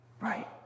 right